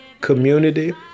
community